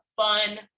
fun